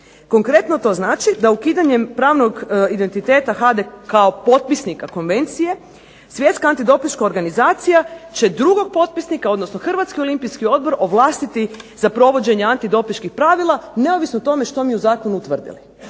Konkretno to znači da ukidanjem pravnog identiteta HADA-e kao potpisnika konvencije Svjetska antidopinška organizacija će drugog potpisnika odnosno Hrvatski olimpijski odbor ovlastiti za provođenje antidopinških pravila, neovisno o tome što mi u zakonu tvrdili.